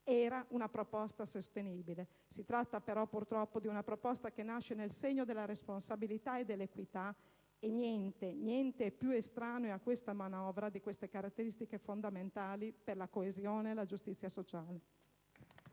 Era una proposta sostenibile; si tratta però, purtroppo, di una proposta che nasce nel segno della responsabilità e dell'equità, e niente, niente, è più estraneo alla manovra in discussione di queste caratteristiche, fondamentali per la coesione e la giustizia sociale.